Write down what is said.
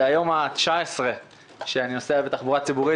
זה היום ה-19 שאני נוסע בתחבורה ציבורית